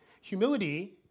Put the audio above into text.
Humility